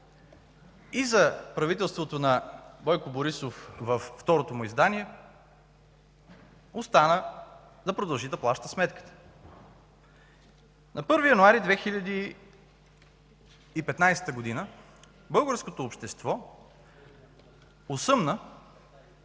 и за правителството на Бойко Борисов във второто му издание остана да продължи да плаща сметката. На 1 януари 2015 г. българското общество осъмна